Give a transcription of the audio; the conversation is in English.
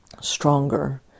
stronger